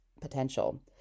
potential